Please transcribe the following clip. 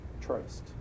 traced